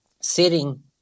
sitting